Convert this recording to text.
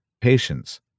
patience